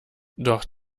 doch